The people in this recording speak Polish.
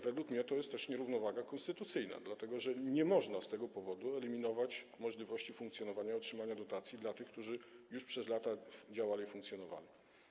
Według mnie to jest też nierównowaga konstytucyjna, dlatego że nie można z tego powodu eliminować możliwości funkcjonowania i otrzymania dotacji dla tych, którzy już przez lata działali i funkcjonowali.